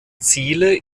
ziele